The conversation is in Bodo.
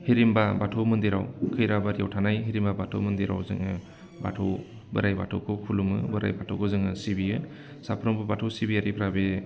हिरिमबा बाथौ मन्दिराव खैराबारियाव थानाय हिरिमबा बाथौ मन्दिराव जोङो बाथौ बोराइ बाथौखौ खुलुमो बोराइ बाथौखौ जोङो सिबियो साफ्रोमबो बाथौ सिबियारिफ्रा बे